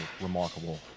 remarkable